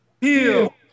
heal